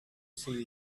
see